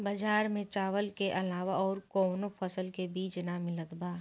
बजार में चावल के अलावा अउर कौनो फसल के बीज ना मिलत बा